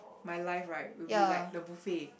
my life right would be like the buffet